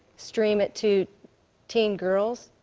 stream it to teen girls,